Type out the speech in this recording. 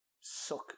suck